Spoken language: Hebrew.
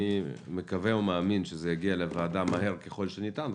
אני מקווה ומאמין שזה יגיע לוועדה מהר ככל שניתן,